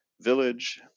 village